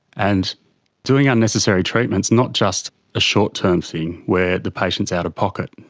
and doing unnecessary treatment is not just a short-term thing where the patient's out of pocket.